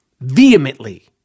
Vehemently